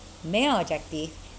main objective